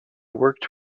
worked